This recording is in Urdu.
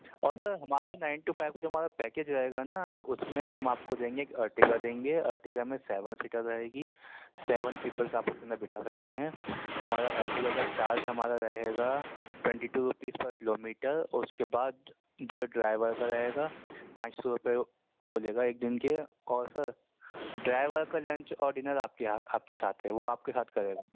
اور سر ہماری نائن ٹو فائیو کا جو ہمارا پیکیج رہے گا نا اس میں ہم آپ کو دیں گے ایک ارٹگا دیں گے ارٹگا میں سیون سیٹر رہے گی سیون پیپلس آپ اس کے اندر بٹھا سکتے ہیں ہمارا ارٹگا کا چارج ہمارا رہے گا ٹونٹی ٹو روپیز پر کلو میٹر اور اس کے بعد جو ڈرائیور کا رہے گا پانچ سو روپئے وہ لے گا ایک دن کے اور سر ڈرائیور کا لنچ اور ڈنر آپ کے ہاتھ آپ کے ساتھ ہے وہ آپ کے ساتھ کرے گا